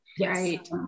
Right